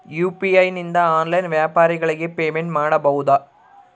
UPI ನಿಂದ online ವ್ಯಾಪಾರಗಳಿಗೆ payment ಮಾಡಬಹುದಾ?